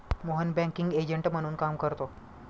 Mohan banking agent म्हणून काम करतो